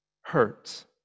hurts